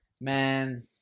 Man